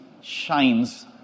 shines